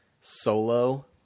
solo